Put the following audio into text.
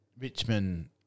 Richmond